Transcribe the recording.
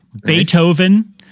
Beethoven